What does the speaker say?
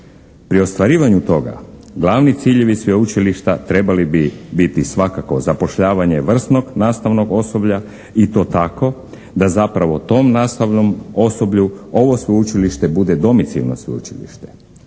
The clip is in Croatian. Pri ostvarivanju toga glavni ciljevi sveučilišta trebali bi biti svakako zapošljavanje vrsnog nastavnog osoblja i to tako da zapravo tom nastavnom osoblju ovo sveučilište bude domicilno sveučilište.